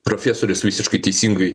profesorius visiškai teisingai